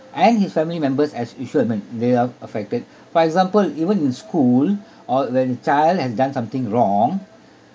and his family members as usual man they are affected for example even in school or when the child has done something wrong